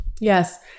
yes